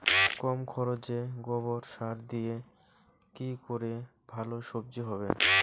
কম খরচে গোবর সার দিয়ে কি করে ভালো সবজি হবে?